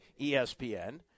ESPN